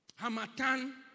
Hamatan